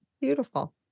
Beautiful